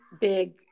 big